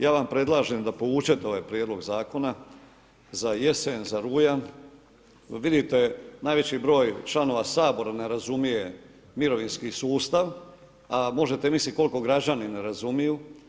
Ja vam predlažem da povučete ovaj prijedlog zakona za jesen, za rujan jer vidite najveći broj članova Sabora ne razumije mirovinski sustav, a možete misliti koliko građani ne razumiju.